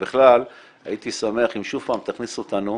ובכלל הייתי שמח אם שוב פעם תכניס אותנו